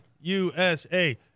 USA